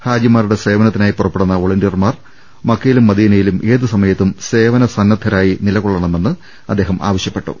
ഹാജിമാരുടെ സേവനത്തിനായി പുറപ്പെടുന്ന വളണ്ടി യർമാർ മക്കയിലും മദീനയിലും ഏതുസമയത്തും സേവന സന്നദ്ധരായി നിലകൊള്ളണമെന്ന് അദ്ദേഹം ആവശ്യപ്പെട്ടു